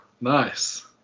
nice